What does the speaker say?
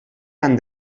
han